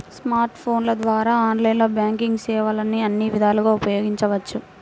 smart ఫోన్ల ద్వారా online banking సేవల్ని అన్ని విధాలుగా ఉపయోగించవచ్చు